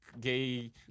gay